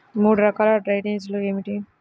మూడు రకాల డ్రైనేజీలు ఏమిటి?